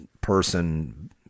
person